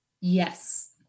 Yes